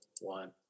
one